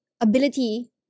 ability